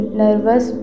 nervous